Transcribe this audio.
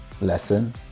lesson